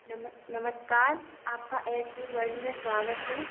नमस नमस्कार आपका एच पी वर्ल्ड में स्वागत है